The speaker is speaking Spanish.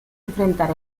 enfrentar